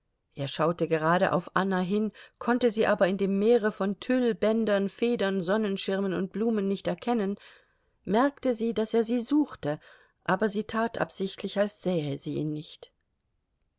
er schaute gerade auf anna hin konnte sie aber in dem meere von tüll bändern federn sonnenschirmen und blumen nicht erkennen merkte sie daß er sie suchte aber sie tat absichtlich als sähe sie ihn nicht